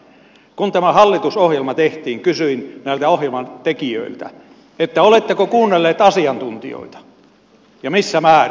kun tämä hallitusohjelma tehtiin kysyin näiltä ohjelman tekijöiltä että oletteko kuunnelleet asiantuntijoita ja missä määrin